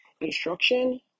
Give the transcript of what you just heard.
instruction